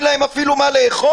אין להם אפילו מה לאכול,